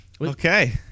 Okay